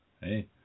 Hey